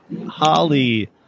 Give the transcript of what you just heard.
Holly